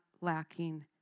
lacking